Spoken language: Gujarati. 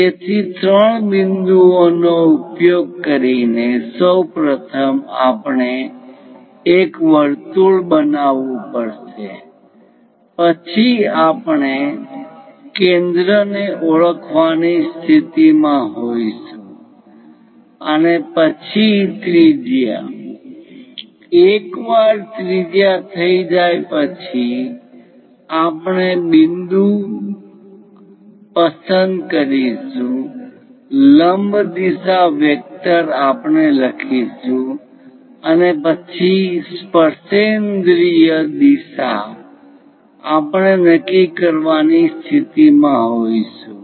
તેથી ત્રણ બિંદુઓ નો ઉપયોગ કરીને સૌ પ્રથમ આપણે એક વર્તુળ બનાવવું પડશે પછી આપણે કેન્દ્રને ઓળખવાની સ્થિતિમાં હોઈશું અને પછી ત્રિજ્યા એકવાર ત્રિજ્યા થઈ જાય પછી આપણે બિંદુ પસંદ કરીશું લંબ દિશા વેક્ટર આપણે લખીશું અને પછી સ્પર્શેન્દ્રિય દિશા આપણે નક્કી કરવાની સ્થિતિમાં હોઈશું